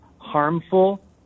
harmful